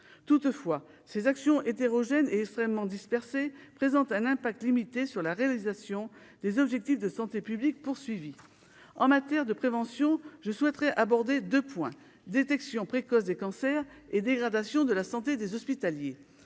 toutefois ces actions hétérogène et extrêmement présente un impact limité sur la réalisation des objectifs de santé publique poursuivi en matière de prévention je souhaiterais aborder 2 points détection précoce des cancers et dégradation de la santé des hospitaliers,